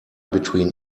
between